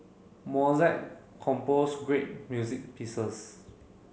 Mozart compose great music pieces